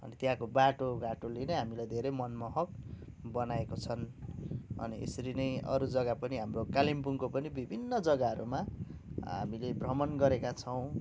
अनि त्यहाँको बाटो घाटोले नै हामीलाई धेरै मनमोहक बनाएको छन अनि यसरी नै अरू जग्गा पनि हाम्रो कालिम्पोङको पनि विभिन्न जग्गाहरूमा हामीले भ्रमण गरेका छौँ